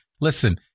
Listen